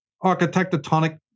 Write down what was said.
architectonic